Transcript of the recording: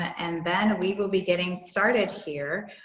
and then we will be getting started here.